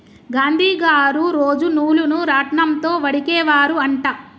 గాంధీ గారు రోజు నూలును రాట్నం తో వడికే వారు అంట